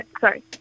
sorry